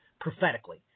prophetically